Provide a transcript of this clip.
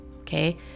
okay